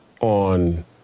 on